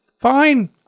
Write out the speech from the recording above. fine